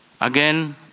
Again